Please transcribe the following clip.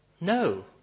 no